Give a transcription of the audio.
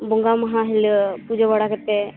ᱵᱚᱸᱜᱟ ᱢᱟᱦᱟ ᱦᱤᱞᱟᱹᱜ ᱯᱩᱡᱟᱹ ᱵᱟᱲᱟ ᱠᱟᱛᱮᱫ